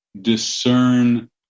discern